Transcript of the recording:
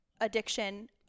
addiction